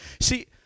See